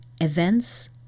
events